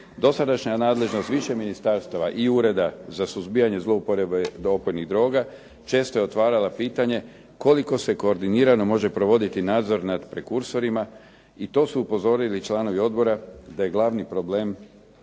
Dosadašnja nadležnost više ministarstava i Ureda za suzbijanje zlouporabe opojnih droga često je otvarala pitanje koliko se koordinirano može provoditi nadzor nad prekursorima i to su upozorili članovi odbora da je glavni problem